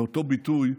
לאותו ביטוי,